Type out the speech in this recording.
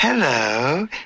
Hello